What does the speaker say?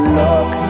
look